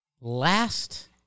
Last